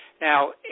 Now